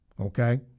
okay